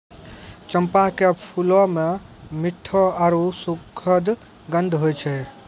चंपा के फूलो मे मिठ्ठो आरु सुखद गंध होय छै